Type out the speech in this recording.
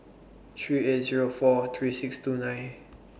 three eight Zero four three six two nine